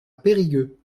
périgueux